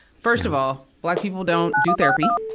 first of all, black people don't do therapy.